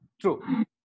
True